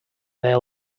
their